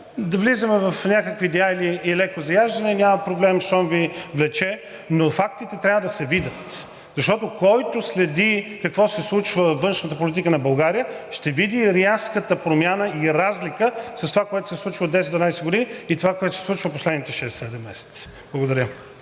да влизаме в някакви детайли и леко заяждане, няма проблем, щом Ви влече, но фактите трябва да се видят, защото, който следи какво се случва във външната политика на България, ще види рязката промяна и разлика с това, което се случва от 10 – 12 години, и това, което се случва последните шест-седем месеца. Благодаря.